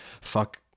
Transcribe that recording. fuck